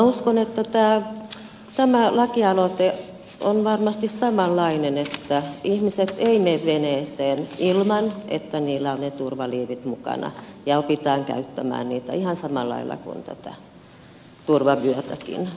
uskon että tämä lakialoite on varmasti samanlainen että ihmiset eivät mene veneeseen ilman että heillä on turvaliivit mukana ja opitaan käyttämään niitä ihan samalla lailla kuin turvavyötäkin